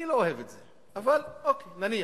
אני לא אוהב את זה, אבל אוקיי, נניח,